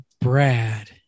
Brad